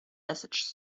message